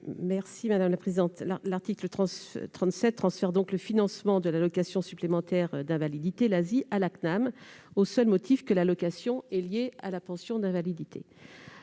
l'amendement n° 178. L'article 37 transfère donc le financement de l'allocation supplémentaire d'invalidité (ASI) à la CNAM, au seul motif que l'allocation est liée à la pension d'invalidité.